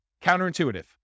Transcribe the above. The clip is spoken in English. Counterintuitive